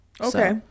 Okay